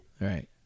Right